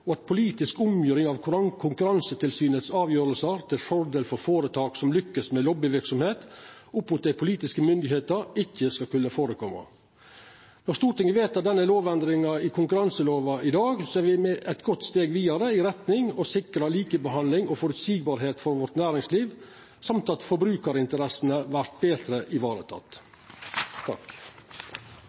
og at politisk omgjering av Konkurransetilsynets avgjerder til fordel for føretak som lykkast med lobbyverksemd opp mot politiske myndigheiter, ikkje skal kunna skje. Når Stortinget vedtek desse lovendringane i konkurranselova i dag, er me eit godt steg vidare i retning av å sikra likebehandling og føreseielege vilkår for næringslivet vårt, og dessutan at forbrukarinteressene vert tekne betre